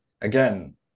again